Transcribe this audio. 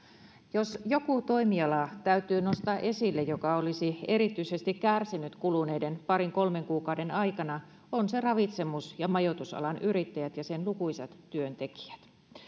jos joku toimiala täytyy nostaa esille joka olisi erityisesti kärsinyt kuluneiden parin kolmen kuukauden aikana on se ravitsemus ja majoitusalan yrittäjät ja sen lukuisat työntekijät